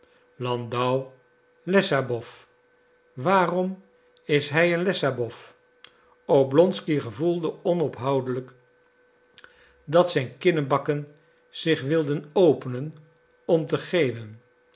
uitspraak landau lessabow waarom is hij een lessabow oblonsky gevoelde onophoudelijk dat zijn kinnebakken zich wilden openen om te geeuwen